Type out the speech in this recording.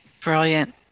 Brilliant